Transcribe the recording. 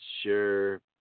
Sure